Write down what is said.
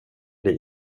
det